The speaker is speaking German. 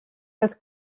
als